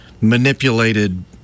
manipulated